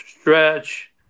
stretch